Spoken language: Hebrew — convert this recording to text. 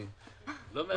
מדיניות של גם וגם ולא לפגוע.